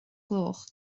gloch